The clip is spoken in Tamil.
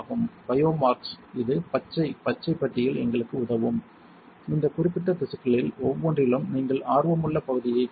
பயோமார்க்ஸ் இது பச்சை பச்சை பெட்டியில் எங்களுக்கு உதவும் இந்த குறிப்பிட்ட திசுக்களில் ஒவ்வொன்றிலும் நீங்கள் ஆர்வமுள்ள பகுதியைக் காணலாம்